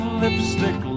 lipstick